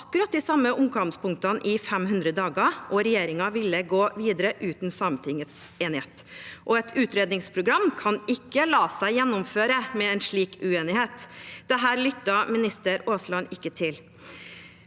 akkurat de samme omkampspunktene i 500 dager, og regjeringen ville gå videre uten Sametingets enighet. Et utredningsprogram kan ikke la seg gjennomføre med en slik uenighet. Dette lyttet ikke minister Aasland til.